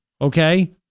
Okay